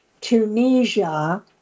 Tunisia